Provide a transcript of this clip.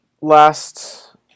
Last